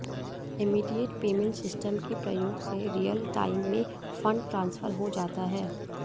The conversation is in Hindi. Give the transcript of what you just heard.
इमीडिएट पेमेंट सिस्टम के प्रयोग से रियल टाइम में फंड ट्रांसफर हो जाता है